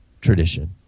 tradition